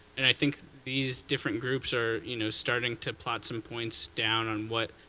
and i think these different groups are you know starting to plot some points down on what